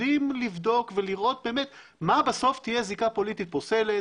יודעים לבדוק ולראות מה בסוף תהיה זיקה פוליטית פוסלת,